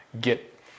get